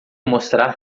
mostrar